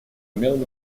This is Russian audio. умелым